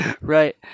right